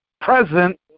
present